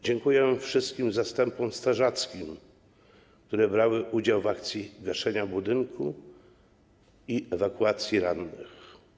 Dziękuję wszystkim zastępom strażackim, które brały udział w akcji gaszenia budynku i ewakuacji rannych.